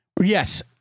Yes